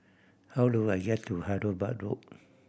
how do I get to Hyderabad Road